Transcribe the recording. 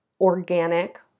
organic